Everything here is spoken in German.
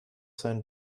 sein